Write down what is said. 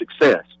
success